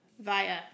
via